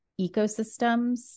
ecosystems